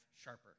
sharper